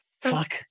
fuck